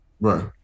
Right